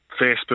Facebook